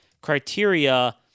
criteria